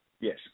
Yes